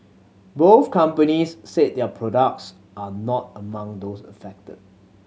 both companies said their products are not among those affected